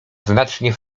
znacznie